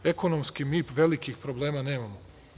Ekonomski mi velikih problema nemamo.